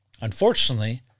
Unfortunately